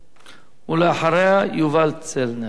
ואחריה, יובל צלנר.